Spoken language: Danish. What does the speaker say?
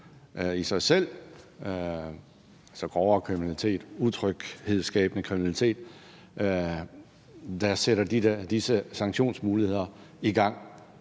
i sig selv, så det er grovere kriminalitet, utryghedsskabende kriminalitet, der sætter disse sanktionsmuligheder i gang?